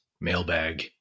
mailbag